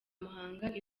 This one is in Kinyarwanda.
muhanga